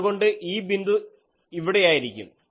അതുകൊണ്ട് ഈ ബിന്ദു ഇവിടെയായിരിക്കും